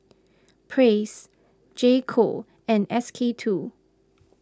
Praise J Co and S K two